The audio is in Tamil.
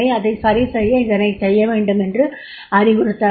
அதை சரி செய்ய இதனை செய்யவேண்டும் என்று அறிவுறுத்தலாம்